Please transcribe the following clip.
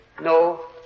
No